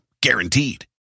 Guaranteed